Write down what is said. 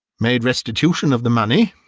made restitution of the money,